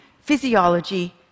physiology